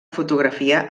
fotografia